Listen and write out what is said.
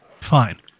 fine